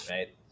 Right